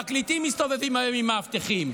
פרקליטים מסתובבים היום עם מאבטחים.